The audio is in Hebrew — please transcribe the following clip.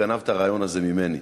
גנב את הרעיון הזה ממני.